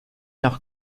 noch